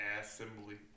assembly